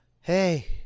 Hey